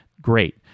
great